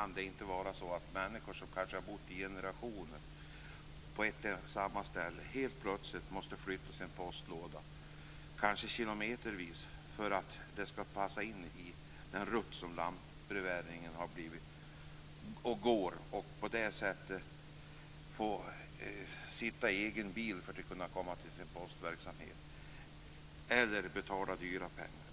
att det inte kan vara så att människor som kanske i generationer har bott på ett och samma ställe helt plötsligt måste flytta sin postlåda, kanske kilometervis, för att dess läge skall passa in i lantbrevbäringsrutten. Då måste man ju ha egen bil för att komma till sin postverksamhet eller betala dyra pengar.